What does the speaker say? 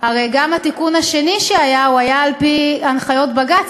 הרי גם התיקון השני היה על-פי הנחיות בג"ץ,